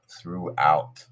throughout